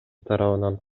тарабынан